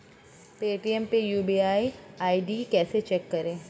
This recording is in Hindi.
पेटीएम पर यू.पी.आई आई.डी कैसे चेक करें?